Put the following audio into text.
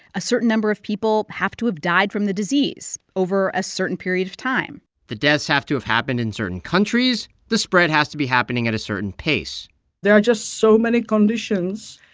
a certain number of people have to have died from the disease over a certain period of time the deaths have to have happened in certain countries. the spread has to be happening at a certain pace there are just so many conditions,